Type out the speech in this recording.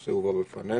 כשהנושא הובא לפנינו,